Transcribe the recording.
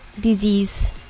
disease